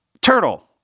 turtle